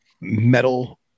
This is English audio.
metal